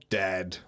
dead